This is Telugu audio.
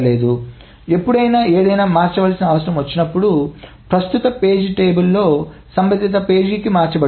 కాబట్టి ఎప్పుడైనా ఏదైనా మార్చాల్సిన అవసరం వచ్చినప్పుడు ప్రస్తుత పేజీ పట్టికలోని సంబంధిత పేజీ మార్చబడుతుంది